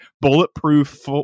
bulletproof